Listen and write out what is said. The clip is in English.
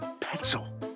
Pencil